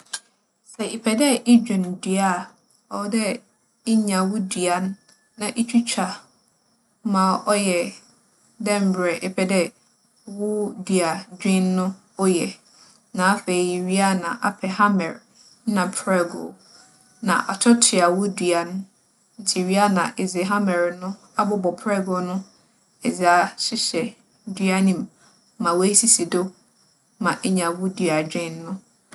Sɛ epɛ dɛ edwin dua a, ͻwͻ dɛ inya wo dua na itwitwa ma ͻyɛ dɛ mbrɛ epɛ dɛ wo duadwin no ͻyɛ. Na afei, iwie a na apɛ hamɛr na prɛgow, nna atoatoa wo dua no. Ntsi iwie a na edze hamɛr no abobͻ prɛgow no edze ahyehyɛ dua no mu ma woesisi do ma enya wo duadwin no.